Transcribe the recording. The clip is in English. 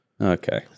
Okay